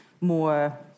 more